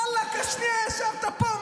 וואלכ השנייה ישבת פה.